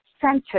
center